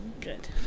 good